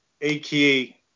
aka